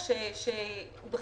שהספרים שלהם נפסלו ב-2019 בגלל